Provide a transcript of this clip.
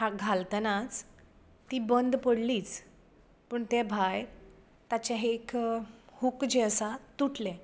घालतनाच ती बंद पडलींच पूण ते भायर ताचे एक हूक जे आसा तुटलें